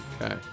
okay